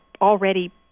already